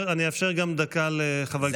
אני אאפשר גם דקה לחבר הכנסת מתן כהנא.